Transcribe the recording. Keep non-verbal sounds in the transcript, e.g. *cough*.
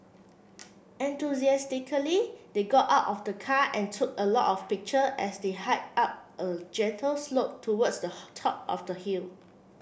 enthusiastically they got out of the car and took a lot of picture as they hiked up a gentle slope towards the *unintelligible* top of the hill